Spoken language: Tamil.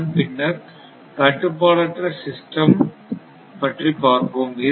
அதன் பின்னர் கட்டுப்பாடற்ற சிஸ்டம் பற்றி பார்ப்போம்